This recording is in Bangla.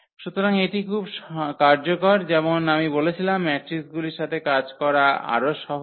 সুতরাং এটি খুব কার্যকর যেমন আমি বলেছিলাম ম্যাট্রিকগুলির সাথে কাজ করা আরও সহজ